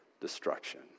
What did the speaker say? destruction